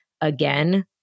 again